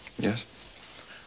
Yes